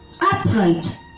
upright